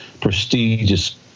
prestigious